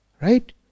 right